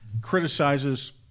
criticizes